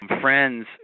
friends